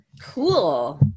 Cool